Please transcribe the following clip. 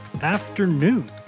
afternoon